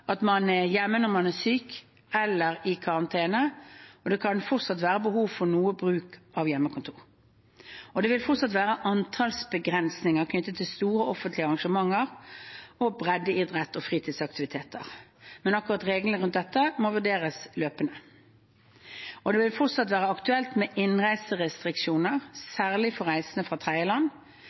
at man er hjemme når man er syk eller i karantene, og det kan fortsatt være behov for noe bruk av hjemmekontor. Det vil fortsatt være antallsbegrensninger knyttet til store offentlige arrangementer, breddeidrett og fritidsaktiviteter, men reglene for dette må vurderes løpende. Det kan fortsatt være aktuelt med innreiserestriksjoner, særlig for reisende fra tredjeland.